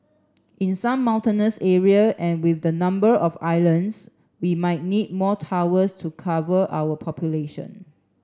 in some mountainous area and with the number of islands we might need more towers to cover our population